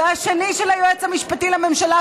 2. שהיועץ המשפטי לממשלה,